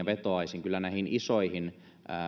vetoaisin kyllä myös näihin isoihin